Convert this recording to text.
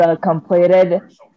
completed